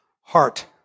Heart